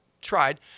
tried